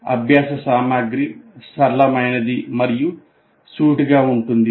అభ్యాస సామగ్రి సరళమైనది మరియు సూటిగా ఉంటుంది